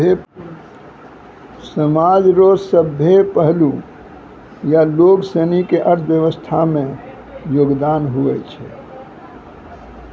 समाज रो सभ्भे पहलू या लोगसनी के अर्थव्यवस्था मे योगदान हुवै छै